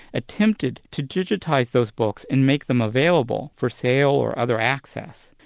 attempted to digitise those books and make them available for sale or other access,